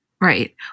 Right